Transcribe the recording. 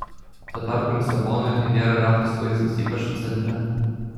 tuo tarpu lisabonoje tai nėra retas vaizdas ypač centre